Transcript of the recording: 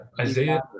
Isaiah